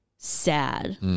sad